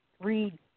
read